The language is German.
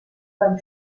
beim